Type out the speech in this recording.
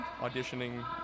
auditioning